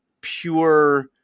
pure